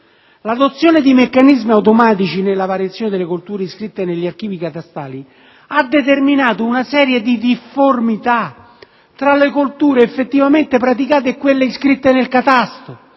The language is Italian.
L'adozione di meccanismi automatici nella variazione delle colture iscritte negli archivi catastali ha determinato una serie di difformità tra le colture effettivamente praticate e quelle iscritte nel catasto.